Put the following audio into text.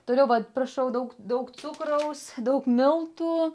turiu va prašau daug daug cukraus daug miltų